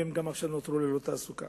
והן עכשיו נותרו ללא תעסוקה.